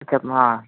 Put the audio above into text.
okay మా